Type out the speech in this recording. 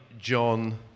John